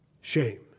shame